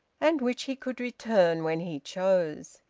and which he could return when he chose.